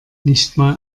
nichtmal